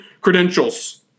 credentials